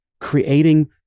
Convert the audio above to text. creating